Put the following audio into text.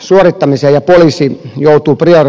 suorittamiselle tosin joutuu pian